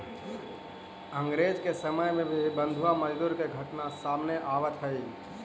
अंग्रेज के समय में भी बंधुआ मजदूरी के घटना सामने आवऽ हलइ